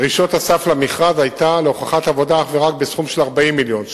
דרישת הסף למכרז היתה הוכחת עבודה אך ורק בסכום של 40 מיליון שקלים,